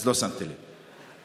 אז לא שמתי לב.